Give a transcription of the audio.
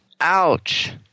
Ouch